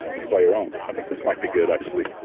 you're by your own. i think this might be good actually.